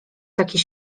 takie